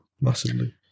Massively